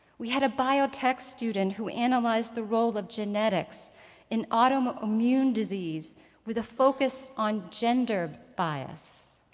we had a bio-tech student who analyzed the role of genetics in autoimmune disease with a focus on gender bias.